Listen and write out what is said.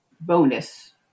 bonus